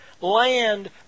land